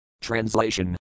Translation